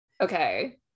Okay